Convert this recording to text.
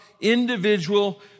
individual